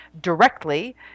directly